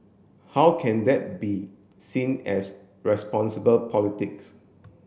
how can that be seen as responsible politics